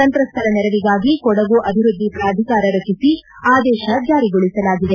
ಸಂತ್ರಸ್ತರ ನೆರವಿಗಾಗಿ ಕೊಡಗು ಅಭಿವೃದ್ದಿ ಪ್ರಾಧಿಕಾರ ರಚಿಸಿ ಆದೇಶ ಜಾರಿಗೊಳಿಸಲಾಗಿದೆ